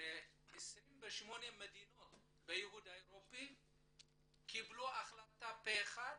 ש-28 מדינות באיחוד האירופי קיבלו החלטה פה אחד